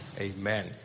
amen